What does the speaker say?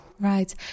Right